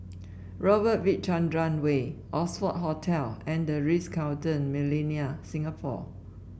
Robert V Chandran Way Oxford Hotel and The Ritz Carlton Millenia Singapore